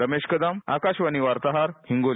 रमेश कदम आकाशवाणी वार्ताहर हिंगोली